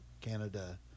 Canada